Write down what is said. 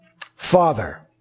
Father